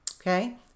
okay